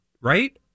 Right